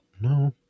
No